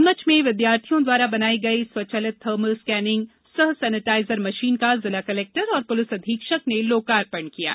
नीमच में विद्यार्थियों द्वारा बनाई गई स्वचलित थर्मल स्कैनिंग सह सैनेटाइजर मशन का जिला कलेक्टर और पुलिस अधीक्षक ने लोकार्पण किया है